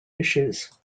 issues